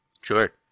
Sure